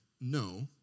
no